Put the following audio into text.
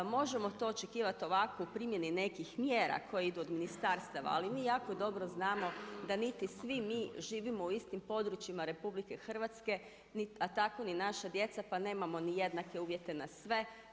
Možemo to očekivati ovako u primjeni nekih mjera koji idu od ministarstava, ali mi jako dobro znamo da niti svi mi živimo u istim područjima RH a tako ni naša djeca pa nemamo ni jednake uvjete na sve.